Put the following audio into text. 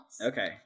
Okay